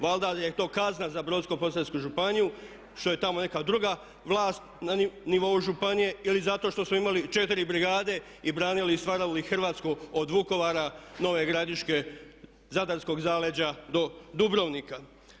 Valjda je to kazna za Brodsko-posavsku županiju što je tamo neka druga vlast na nivou županije ili zato što smo imali četiri brigade i branili i stvarali Hrvatsku od Vukovara, Nove Gradiške, zadarskog zaleđa do Dubrovnika.